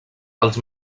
els